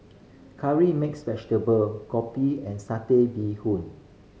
Curry Mixed Vegetable kopi and Satay Bee Hoon